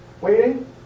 waiting